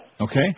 Okay